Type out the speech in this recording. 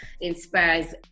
inspires